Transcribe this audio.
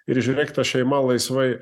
ir žiūrėk ta šeima laisvai